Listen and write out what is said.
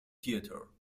theater